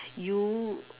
you